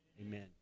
Amen